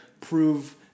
prove